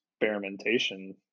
Experimentation